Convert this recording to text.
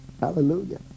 hallelujah